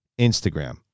Instagram